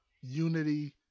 unity